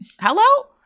Hello